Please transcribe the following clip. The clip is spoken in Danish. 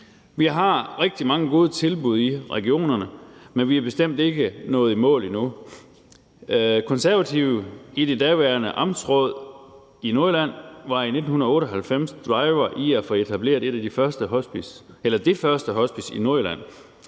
Vi har rigtig mange gode tilbud i regionerne, men vi er bestemt ikke nået i mål endnu. Konservative i det daværende amtsråd i Nordjylland var i 1998 drivende i at få etableret det første hospice i Nordjylland.